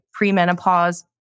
premenopause